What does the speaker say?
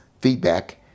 feedback